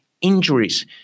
injuries